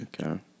Okay